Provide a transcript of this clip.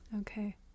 Okay